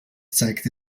zeigte